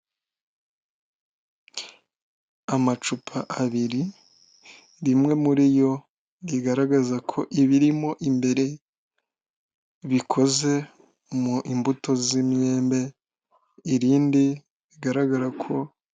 Amacupa abiri, rimwe muri yo rigaragaza ko ibirimo imbere, bikoze mu imbuto z'imyembe, irindi bigaragara ko.